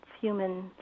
human